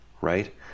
right